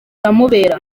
biramubera